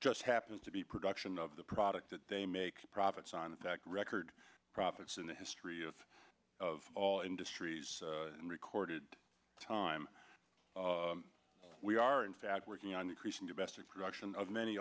just happens to be production of the product that they make profits on the track record profits in the history of of all industries in recorded time we are in fact working on increasing domestic production of many